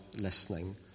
listening